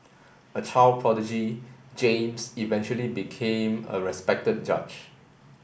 a child prodigy James eventually became a respected judge